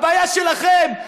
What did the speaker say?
הבעיה שלכם.